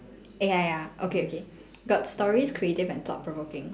eh ya ya okay okay got stories creative and thought provoking